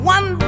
One